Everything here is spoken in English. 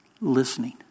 listening